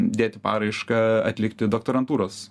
dėti paraišką atlikti doktorantūros